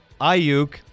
Ayuk